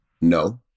no